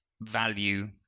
value